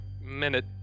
minute